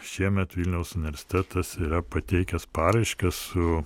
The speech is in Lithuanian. šiemet vilniaus universitetas yra pateikęs paraišką su